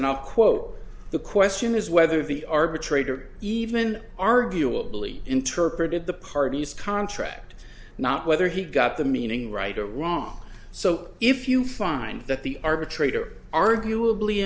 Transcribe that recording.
i quote the question is whether the arbitrator even arguably interpreted the party's contract not whether he got the meaning right or wrong so if you find that the arbitrate arguably